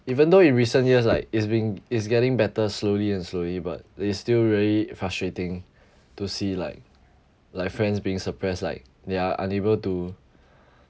even though in recent years like it's been it's getting better slowly and slowly but it is still really frustrating to see like like friends being suppressed like they are unable to